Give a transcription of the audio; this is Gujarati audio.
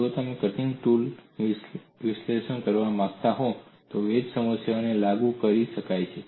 જો તમે કટીંગ ટૂલનું વિશ્લેષણ કરવા માંગતા હો તો વેજ સમસ્યાને લાગુ કરી શકાય છે